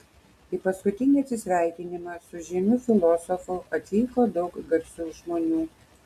į paskutinį atsisveikinimą su žymiu filosofu atvyko daug garsių žmonių